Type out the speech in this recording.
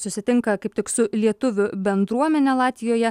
susitinka kaip tik su lietuvių bendruomene latvijoje